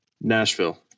Nashville